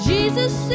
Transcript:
Jesus